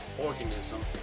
Organism